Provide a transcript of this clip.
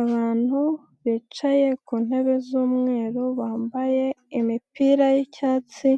Abantu bicaye ku ntebe z'umweru bambaye imipira y'icyatsi